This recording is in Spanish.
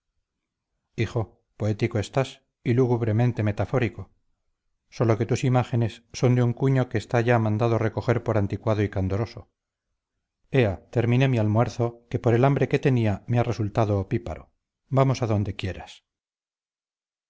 hijo poético estás y lúgubremente metafórico sólo que tus imágenes son de un cuño que está ya mandado recoger por anticuado y candoroso ea terminé mi almuerzo que por el hambre que tenía me ha resultado opíparo vamos a donde quieras